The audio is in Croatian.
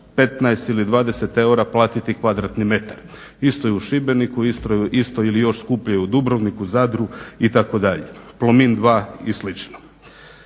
15 ili 20 eura platiti kvadratni metar. Isto je i u Šibeniku, isto ili još skuplje u Dubrovniku, Zadru itd., Plomin II i